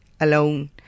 alone